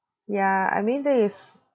yeah I mean that is